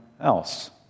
else